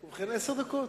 ובכן, עשר דקות,